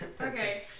Okay